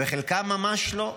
וחלקם ממש לא.